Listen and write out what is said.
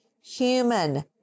human